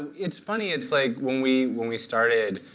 it's funny. it's like when we when we started,